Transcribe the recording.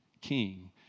king